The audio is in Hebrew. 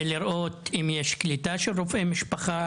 ולראות מאוחר יותר אם יש יותר קליטה של יותר רופאי משפחה,